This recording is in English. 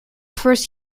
first